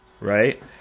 Right